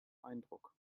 eindruck